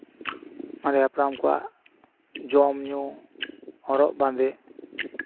ᱢᱟᱨᱮ ᱦᱟᱯᱲᱟᱢ ᱠᱚᱣᱟᱜ ᱡᱚᱢ ᱧᱩ ᱦᱚᱨᱚᱜ ᱵᱟᱸᱫᱮ